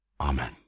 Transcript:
Amen